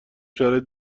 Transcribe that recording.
شرایط